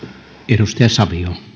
arvoisa